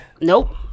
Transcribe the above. Nope